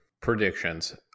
Predictions